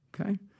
Okay